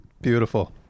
Beautiful